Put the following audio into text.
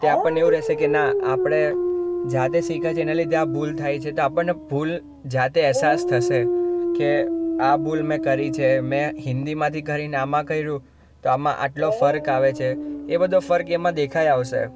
તે આપણને એવું રહેશે કે ના આપણે જાતે શીખ્યા છીએ એના લીધે આ ભૂલ થાય છે તો આપણને ભૂલ જાતે એહસાસ થશે કે આ ભૂલ મેં કરી છે મેં હિન્દીમાંથી કરીને આમાં કર્યું તો આમાં આટલો ફર્ક આવે છે એ બધો ફર્ક એમાં દેખાઈ આવશે